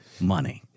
money